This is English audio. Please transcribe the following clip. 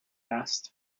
asked